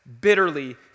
bitterly